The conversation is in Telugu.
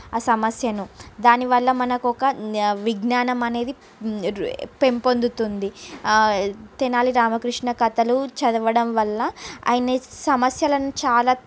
ఆ సమస్యను దానివల్ల మనకు ఒక విజ్ఞానం అనేది పెంపొందుతుంది ఆ తెనాలి రామకృష్ణ కథలు చదవడం వల్ల ఆయన సమస్యలను చాలా